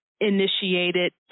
initiated